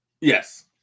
Yes